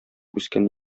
үскән